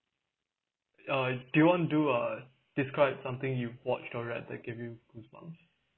uh do you want do uh describe something you watch or read that gave you goosebumps